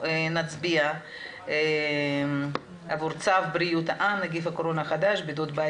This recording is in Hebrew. נצביע על צו בריאות העם (נגיף הקורונה החדש) (בידוד בית